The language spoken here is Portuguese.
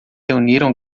reuniram